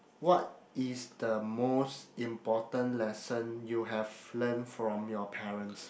what is the most important lesson you have learnt from your parents